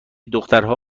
دخترها